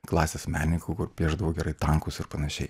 klasės menininkų kur piešdavo gerai tankus ir panašiai